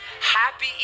Happy